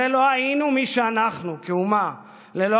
הרי לא היינו מי שאנחנו כאומה ללא